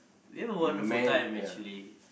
we have a wonderful time actually